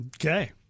okay